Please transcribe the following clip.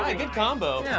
ah good combo!